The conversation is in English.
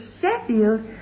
Sheffield